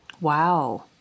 wow